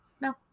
No